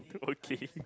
okay